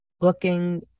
looking